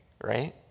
right